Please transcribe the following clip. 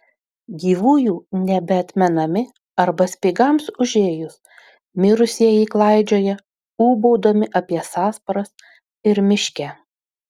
gyvųjų nebeatmenami arba speigams užėjus mirusieji klaidžioja ūbaudami apie sąsparas ir miške